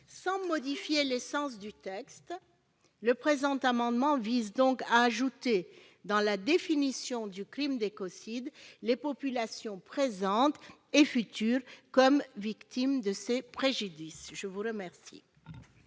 Sans modifier l'essence du texte, le présent amendement vise donc à ajouter, dans la définition du crime d'écocide, les populations présentes et futures comme victimes de ces préjudices. Quel